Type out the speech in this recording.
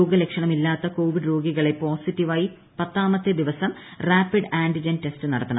രോഗലക്ഷണ മില്ലാത്ത കോവിഡ് രോഗികളെ പോസിറ്റീവായി പത്താമത്തെ ദിവസം റാപ്പിഡ് ആന്റിജൻ ടെസ്റ്റ് നടത്തണം